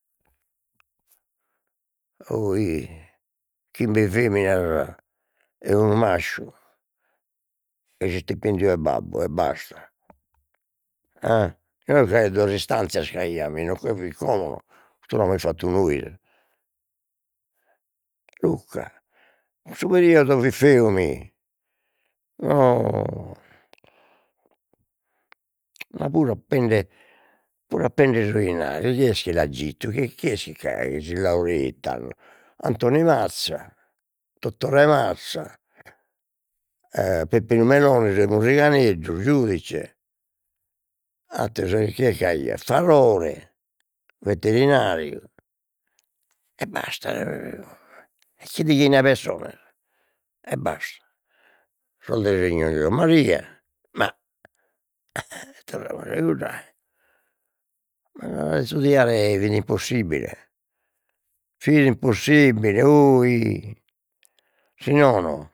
chimbe feminas, e unu masciu dai s'istipendiu 'e babbu e basta, a inoghe c'aiat duas istanzias c'aiat mi no che fit como no cussu l'amus fattu nois, Luca, su periodo fit feu mi ma puru apende puru apende su 'inari chi est chi l'at gittu chi chi est c'aiat, chi laureit tando Antoni Mazza, Totore Mazza Peppinu Melone, su 'e Murriganeddu giudice, atteru se chie c'aiat, Farore veterinariu e basta, carchi deghina 'e pessones e basta, sos de signor Giommaria, ma torramus a iguddae a istudiare fit impossibile, fit impossibile oi, si non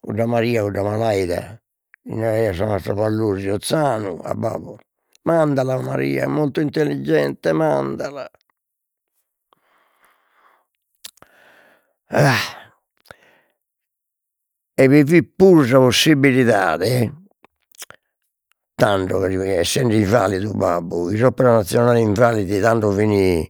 cudda Maria, cudda malaida li naraiat sa mastra Vallosio, Zanu a babbu, mandala a Maria, è molto intelligente mandala e bi fit puru sa possibilidade tando daghi essend'invalidu babbu, s'opera nazionale invalidi tando fini